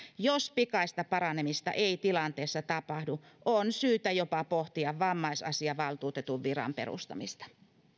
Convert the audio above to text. jos pikaista paranemista ei tilanteessa tapahdu on syytä jopa pohtia vammaisasiavaltuutetun viran perustamista